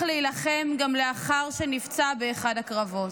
להילחם גם לאחר שנפצע באחד הקרבות.